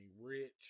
Rich